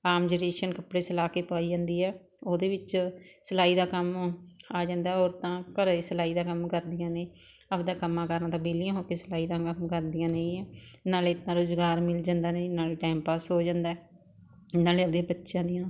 ਆਮ generation ਕੱਪੜੇ ਸਿਲਾ ਕੇ ਪਾਈ ਜਾਂਦੀ ਹੈ ਉਹਦੇ ਵਿੱਚ ਸਿਲਾਈ ਦਾ ਕੰਮ ਆ ਜਾਂਦਾ ਔਰਤਾਂ ਘਰੇ ਸਿਲਾਈ ਦਾ ਕੰਮ ਕਰਦੀਆਂ ਨੇ ਆਪਦਾ ਕੰਮਾਂ ਕਾਰਾਂ ਤੋਂ ਵਿਹਲੀਆਂ ਹੋ ਕੇ ਸਿਲਾਈ ਦਾ ਕੰਮ ਕਰਦੀਆਂ ਨੇ ਗੀਆਂ ਨਾਲੇ ਤਾਂ ਰੁਜ਼ਗਾਰ ਮਿਲ ਜਾਂਦਾ ਜੀ ਨਾਲੇ ਟੈਮ ਪਾਸ ਹੋ ਜਾਂਦਾ ਹੈ ਨਾਲੇ ਆਪਦੇ ਬੱਚਿਆਂ ਦੀਆਂ